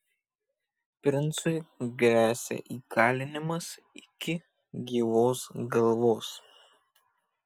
princui gresia įkalinimas iki gyvos galvos